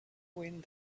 wind